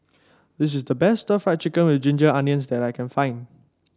this is the best Stir Fried Chicken with Ginger Onions that I can find